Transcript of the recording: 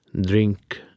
drink